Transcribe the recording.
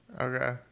Okay